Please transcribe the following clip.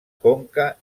conca